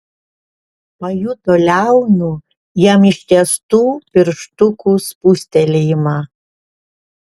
pajuto liaunų jam ištiestų pirštukų spustelėjimą